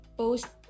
post